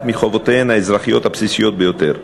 מחובותיהם האזרחיות הבסיסיות ביותר,